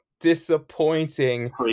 Disappointing